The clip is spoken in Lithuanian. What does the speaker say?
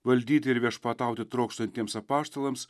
valdyti ir viešpatauti trokštantiems apaštalams